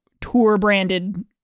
tour-branded